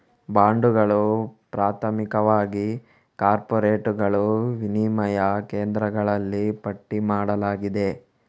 ಬಾಂಡುಗಳು, ಪ್ರಾಥಮಿಕವಾಗಿ ಕಾರ್ಪೊರೇಟುಗಳು, ವಿನಿಮಯ ಕೇಂದ್ರಗಳಲ್ಲಿ ಪಟ್ಟಿ ಮಾಡಲಾಗಿದೆ